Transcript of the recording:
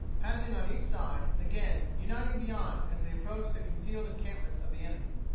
passing on each side, and again uniting beyond, as they approached the concealed encampment of the enemy.